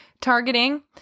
targeting